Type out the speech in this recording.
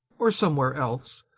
or somewhere else,